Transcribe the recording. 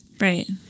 Right